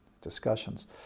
discussions